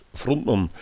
frontman